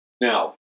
Now